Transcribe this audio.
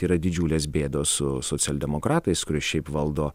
yra didžiulės bėdos su socialdemokratais kurie šiaip valdo